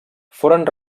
foren